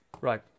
Right